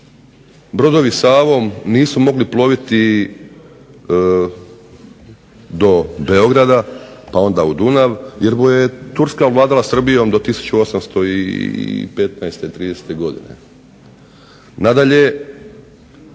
brodovi Savom nisu mogli ploviti do Beograda pa onda u Dunav jerbo je Turska vladala Srbijom do 1815., 1830. godine.